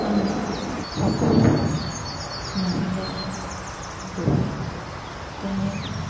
আমাৰ সকলো মহিলাই গৈ তেনে